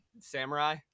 samurai